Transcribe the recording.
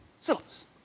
Syllabus